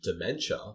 dementia